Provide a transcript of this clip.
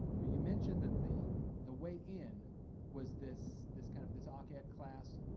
you mentioned that the the way in was this this kind of this ah occ ed class.